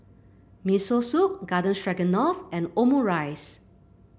Miso Soup Garden Stroganoff and Omurice